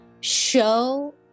show